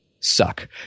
suck